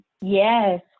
Yes